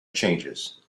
changes